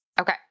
okay